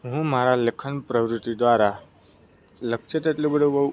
હું મારી લેખન પ્રવૃતિ દ્વારા લક્ષ્ય તો એટલો બધો બહુ